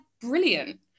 brilliant